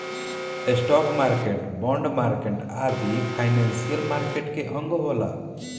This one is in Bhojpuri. स्टॉक मार्केट, बॉन्ड मार्केट आदि फाइनेंशियल मार्केट के अंग होला